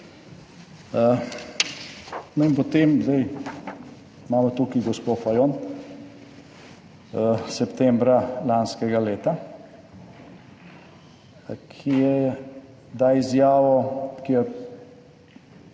zdaj imamo tukaj gospo Fajon. Septembra lanskega leta, ki je da izjavo, ki je